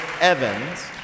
Evans